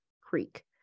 creek